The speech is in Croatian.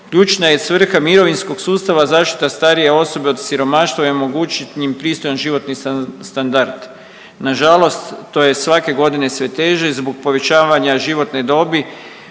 Ključna je svrha mirovinskog sustava zaštita starije osobe od siromaštva i omogućit im pristojan životni standard. Na žalost to je svake godine sve teže zbog povećavanja životne dobi